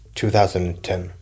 2010